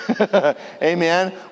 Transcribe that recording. amen